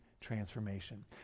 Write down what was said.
transformation